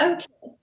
Okay